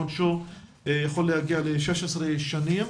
עונשו יכול להגיע ל-16 שנים".